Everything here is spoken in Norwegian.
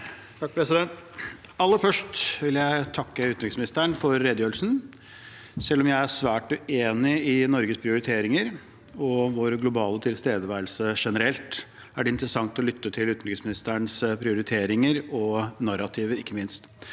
(FrP) Aller først vil jeg takke utenriksministeren for redegjørelsen. Selv om jeg er svært uenig i Norges prioriteringer og vår globale tilstedeværelse generelt, er det interessant å lytte til utenriksministerens prioriteringer og ikke minst